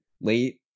late